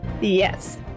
Yes